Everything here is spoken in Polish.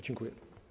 Dziękuję.